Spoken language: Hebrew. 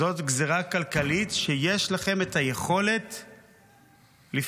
זאת גזרה כלכלית שיש לכם את היכולת לפתור.